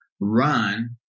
run